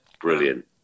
Brilliant